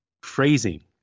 phrasing